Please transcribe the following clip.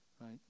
right